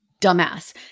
dumbass